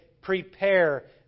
prepare